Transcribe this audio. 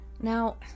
Now